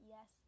Yes